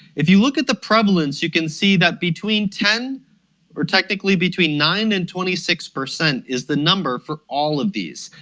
if you look at the prevalence you can see that between ten or technically between nine and twenty six percent is the number for all of these.